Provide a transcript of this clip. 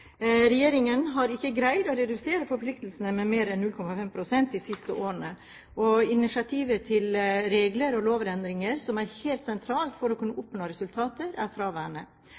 Regjeringen har ikke greid å redusere forpliktelsene med mer enn 0,5 pst. de siste årene, og initiativ til regel- og lovendringer, som er helt sentralt for å kunne oppnå resultater, er fraværende.